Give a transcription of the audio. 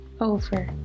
over